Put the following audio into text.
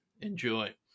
enjoy